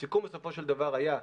הסיכום, בסופו של דבר, היה,